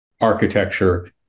architecture